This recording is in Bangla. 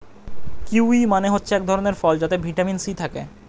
কিউয়ি মানে হচ্ছে এক ধরণের ফল যাতে ভিটামিন সি থাকে